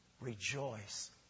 Rejoice